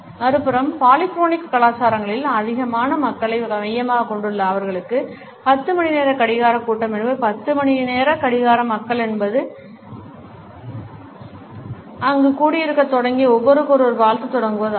மறுபுறம் பாலிக்ரோனிக் கலாச்சாரங்கள் அதிகமான மக்களை மையமாகக் கொண்டுள்ளன அவர்களுக்கு 10 மணிநேர கடிகாரக் கூட்டம் என்பது 10 மணிநேர கடிகார மக்கள் என்பது அங்கு கூடியிருக்கத் தொடங்கி ஒருவருக்கொருவர் வாழ்த்தத் தொடங்குவதாகும்